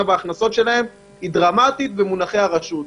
בהכנסות שלהם היא דרמטית במונחי הרשות.